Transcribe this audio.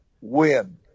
win